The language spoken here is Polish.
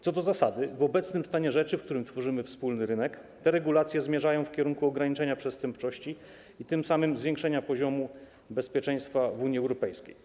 Co do zasady w obecnym stanie rzeczy, w którym tworzymy wspólny rynek, te regulacje zmierzają w kierunku ograniczenia przestępczości i tym samym zwiększenia poziomu bezpieczeństwa w Unii Europejskiej.